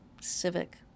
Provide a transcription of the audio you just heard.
civic